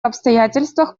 обстоятельствах